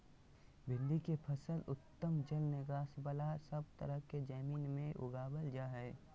भिंडी के फसल उत्तम जल निकास बला सब तरह के जमीन में उगावल जा हई